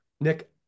Nick